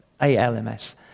ALMS